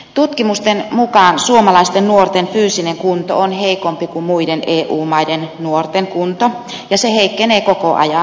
tutkimusten mukaan suomalaisten nuorten fyysinen kunto on heikompi kuin muiden eu maiden nuorten kunto ja se heikkenee koko ajan